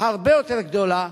הרבה יותר גדולה,